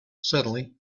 suddenly